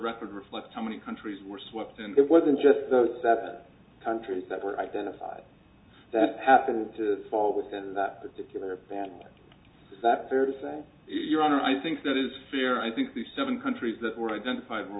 record reflects how many countries were swept and it wasn't just that countries that were identified that happened to fall within that particular that fair to say your honor i think that is fear i think the seven countries that were identified were